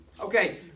Okay